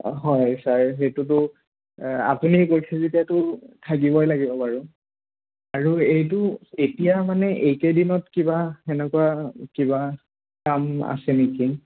অঁ হয় ছাৰ সেইটোতো আপুনি কৈছে যেতিয়াতো থাকিবই লাগিব বাৰু আৰু এইটো এতিয়া মানে এইকেইদিনত কিবা সেনেকুৱা কিবা কাম আছে নেকি